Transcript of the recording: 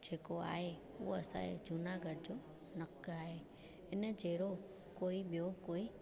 जेको आहे हू असांजे जूनागढ़ जो नकु आहे इन जहिड़ो कोई ॿियो कोई